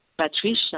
Patricia